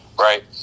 right